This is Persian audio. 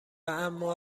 اما